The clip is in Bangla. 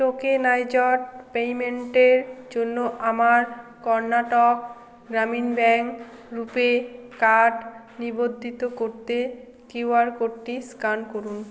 টোকেনাইজড পেমেন্টের জন্য আমার কর্ণাটক গ্রামীণ ব্যাংক রুপে কার্ড নিবদ্ধিত করতে কিউআর কোডটি স্ক্যান করুন